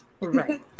right